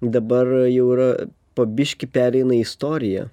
dabar jau yra po biškį pereina į istoriją